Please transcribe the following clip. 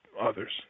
others